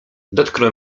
dotknął